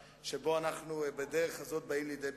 שבו בדרך הזאת אנחנו באים לידי ביטוי.